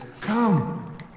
Come